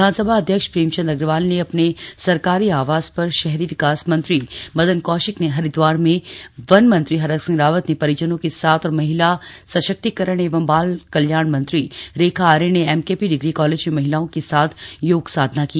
विधानसभा अध्यक्ष प्रेमचन्द अग्रवाल ने अपने सरकारी आवास पर शहरी विकास मंत्री मदन कौशिक ने हरिद्वार में वन मंत्री हरक सिंह रावत ने परिजनों के साथ और महिला सशक्तिकरण एवं बाल कल्याण मंत्री रेखा आर्य ने एमकेपी डिग्री कालेज में महिलाओं के साथ योग साधना की